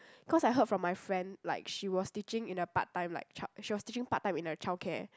cause I heard from my friend like she was teaching in the part-time like chi~ she was teaching part-time in a childcare